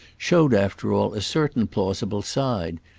showed after all a certain plausible side,